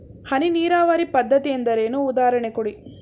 ಹನಿ ನೀರಾವರಿ ಪದ್ಧತಿ ಎಂದರೇನು, ಉದಾಹರಣೆ ಕೊಡಿ?